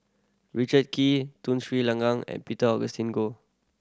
Richard Kee Tun Sri Lanang and Peter Augustine Goh